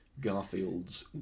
Garfield's